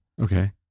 Okay